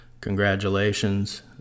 Congratulations